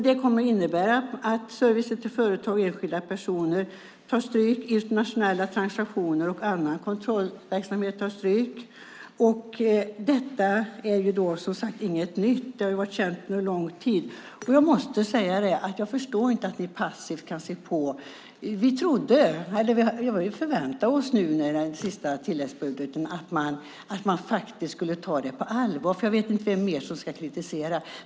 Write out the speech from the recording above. Det kommer att innebära att servicen till företag och enskilda personer tar stryk. Internationella transaktioner och annan kontrollverksamhet tar stryk, och detta är som sagt inget nytt. Det har varit känt under lång tid. Jag måste säga att jag inte förstår att ni passivt kan se på. Vi förväntade oss att man i den sista tilläggsbudgeten faktiskt skulle ta detta på allvar. Jag vet inte vem mer som ska kritisera.